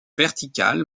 verticale